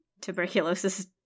tuberculosis